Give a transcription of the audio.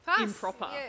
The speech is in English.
improper